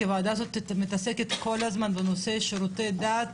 כי הוועדה הזאת מתעסקת כל הזמן בנושא שירותי דת,